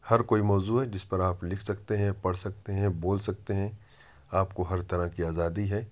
ہر کوئی موضوع ہے جس پر آپ لکھ سکتے ہیں پڑھ سکتے ہیں بول سکتے ہیں آپ کو ہر طرح کی آزادی ہے